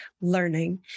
learning